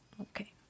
Okay